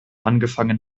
angefangen